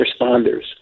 responders